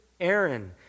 Aaron